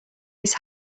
his